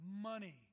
money